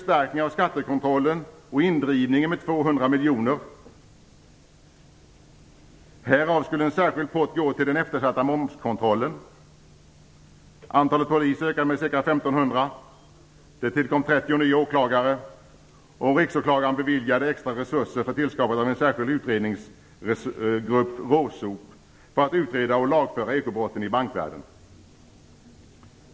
200 miljoner årligen. Härav skulle en särskild pott gå till den eftersatta momskontrollen. Antalet poliser ökade med ca 1 500. Det tillkom 30 nya åklagare. Riksåklagaren beviljades extra resurser för att skapa en särskilt utredningsgrupp, RÅSOP, för att utreda och lagföra ekobrotten i bankvärlden.